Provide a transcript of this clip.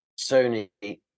Sony